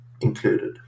included